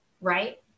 right